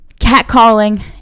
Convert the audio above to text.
Catcalling